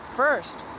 First